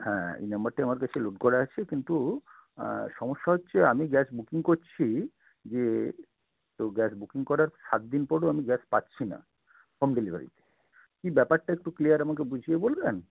হ্যাঁ এই নাম্বারটাই আমার কাছে লোড করা আছে কিন্তু সমস্যা হচ্ছে আমি গ্যাস বুকিং করছি যে তো গ্যাস বুকিং করার সাত দিন পরও আমি গ্যাস পাচ্ছি না হোম ডেলিভারিতে কী ব্যাপারটা একটু ক্লিয়ার আমাকে বুঝিয়ে বলবেন